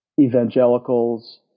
evangelicals